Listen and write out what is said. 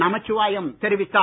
நமச்சிவாயம் தெரிவித்தார்